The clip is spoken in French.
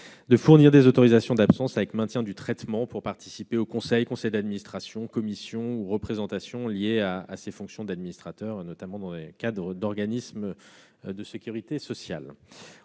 de fournir des autorisations d'absence avec maintien du traitement pour des participations à divers conseils- conseils d'administration, commissions ou représentations liées aux fonctions d'administrateur -, notamment dans le cadre d'organismes de sécurité sociale.